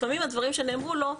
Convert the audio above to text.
לפעמים אין עדים לדברים שנאמרו לו,